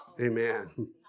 Amen